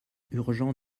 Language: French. urgent